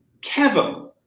Kevin